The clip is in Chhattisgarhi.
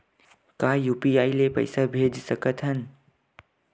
का यू.पी.आई ले पईसा भेज सकत हन?